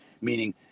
meaning